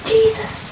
Jesus